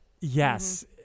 Yes